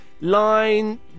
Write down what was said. line